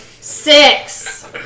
six